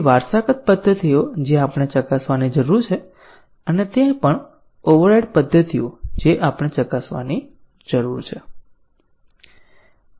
વારસાગત પદ્ધતિઓ જે આપણે ચકાસવાની જરૂર છે અને તે પણ ઓવરરાઇડ પદ્ધતિઓ જે આપણે ચકાસવાની જરૂર છે